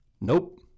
Nope